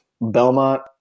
Belmont